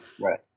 right